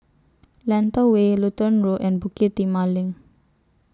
Lentor Way Lutheran Road and Bukit Timah LINK